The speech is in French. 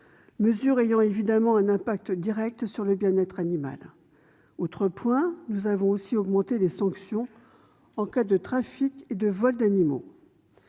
mesure ayant évidemment un effet direct sur le bien-être animal. Autre avancée, nous avons alourdi les sanctions en cas de trafic et de vol d'animaux.